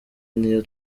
n’iyo